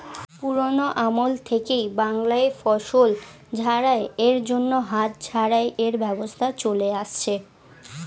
পুরোনো আমল থেকেই বাংলায় ফসল ঝাড়াই এর জন্য হাত ঝাড়াই এর ব্যবস্থা চলে আসছে